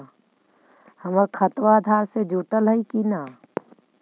हमर खतबा अधार से जुटल हई कि न?